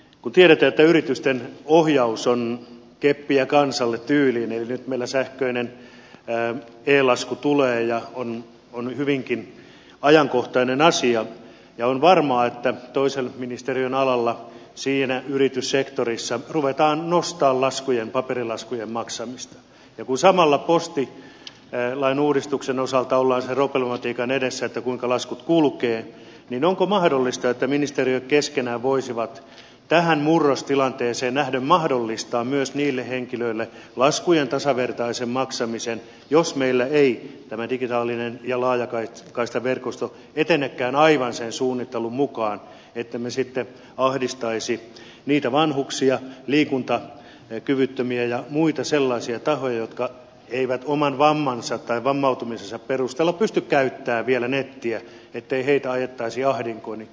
kun tiedetään että yritysten ohjaus on keppiä kansalle tyyliin eli nyt meillä sähköinen e lasku tulee ja on hyvinkin ajankohtainen asia ja on varmaa että toisen ministeriön alalla siinä yrityssektorissa ruvetaan nostamaan paperilaskujen maksamista ja kun samalla postilain uudistuksen osalta ollaan sen problematiikan edessä kuinka laskut kulkevat niin onko mahdollista että ministeriöt keskenään voisivat tähän murrostilanteeseen nähden mahdollistaa myös niille henkilöille laskujen tasavertaisen maksamisen jos meillä ei tämä digitaalinen ja laajakaistaverkosto etenekään aivan sen suunnittelun mukaan ettemme sitten ahdistaisi niitä vanhuksia liikuntakyvyttömiä ja muita sellaisia tahoja jotka eivät oman vammansa tai vammautumisensa perusteella pysty käyttämään vielä nettiä ettei heitä ajettaisi ahdinkoon